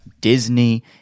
Disney